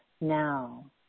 now